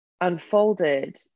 unfolded